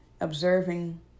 Observing